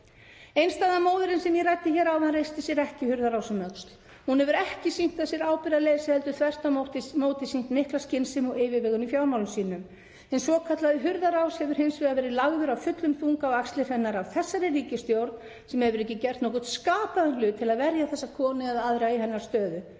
Einstæða móðirin sem ég ræddi hér áðan reisti sér ekki hurðarás um öxl. Hún hefur ekki sýnt af sér ábyrgðarleysi heldur þvert á móti sýnt mikla skynsemi og yfirvegun í fjármálum sínum. Hinn svokallaði hurðarás hefur hins vegar verið lagður af fullum þunga á axlir hennar af þessari ríkisstjórn sem hefur ekki gert nokkurn skapaðan hlut til að verja þessa konu eða aðra í hennar stöðu.